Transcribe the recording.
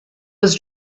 was